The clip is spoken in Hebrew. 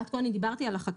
עד כה אני דיברתי על החקירות.